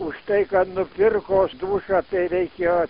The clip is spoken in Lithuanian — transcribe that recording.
už tai kad nupirko dušą tai reikėjo